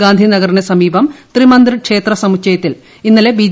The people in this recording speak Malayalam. ഗാന്ധിനഗറിന് സമീപം ത്രിമന്ദിർ ക്ഷേത്ര സമുച്ചയത്തിൽ ഇന്നലെ ബി